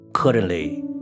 Currently